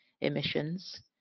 emissions